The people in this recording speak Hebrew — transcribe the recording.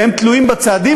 והם תלויים בצעדים,